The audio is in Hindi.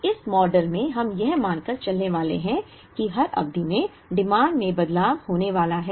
अब इस मॉडल में हम यह मानकर चलने वाले हैं कि हर अवधि में डिमांड में बदलाव होने वाला है